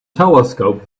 telescope